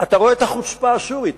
אתה רואה את החוצפה הסורית.